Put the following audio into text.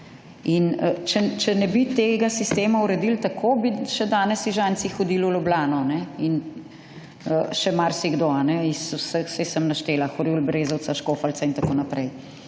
če ne bi tega sistema uredili tako, bi še danes Ižanci hodili v Ljubljano in še marsikdo, vseh nisem naštela, Horjul, Brezovica, Škofljica in tako naprej.